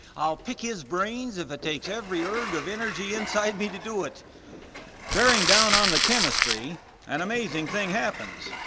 i'll pick his brains if it takes every erg of energy inside me to do it bearing down on the chemistry an amazing thing happens.